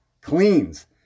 Cleans